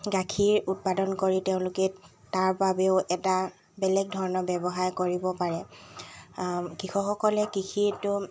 গাখীৰ উৎপাদন কৰি তেওঁলোকে তাৰ বাবেও এটা বেলেগ ধৰণৰ ব্যৱসায় কৰিব পাৰে কৃষকসকলে কৃষিটো